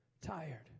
tired